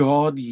God